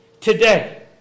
Today